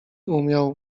umiał